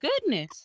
goodness